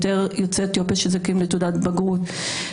יותר יוצאי אתיופיה שזכאים לתעודת בגרות,